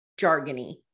jargony